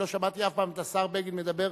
לא שמעתי אף פעם את השר בגין מדבר